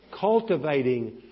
cultivating